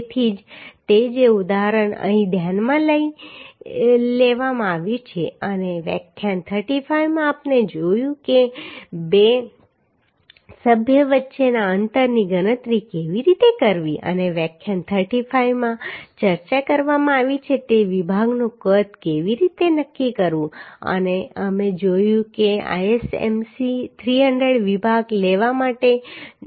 તેથી તે જ ઉદાહરણ અહીં ધ્યાનમાં લેવામાં આવ્યું છે અને વ્યાખ્યાન 35 માં આપણે જોયું કે બે સભ્યો વચ્ચેના અંતરની ગણતરી કેવી રીતે કરવી અને વ્યાખ્યાન 35 માં ચર્ચા કરવામાં આવી છે તે વિભાગનું કદ કેવી રીતે નક્કી કરવું અને અને અમે જોયું કે ISMC 300 વિભાગ લેવા માટે પૂરતો છે